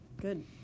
Good